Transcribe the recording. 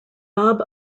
bob